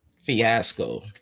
fiasco